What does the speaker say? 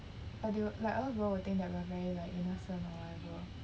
or do you like a lot of people will think that we are very like innocent or whatever